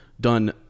done